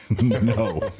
No